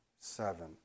seven